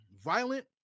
violent